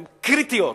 הן קריטיות